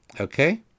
okay